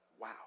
Wow